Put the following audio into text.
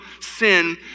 sin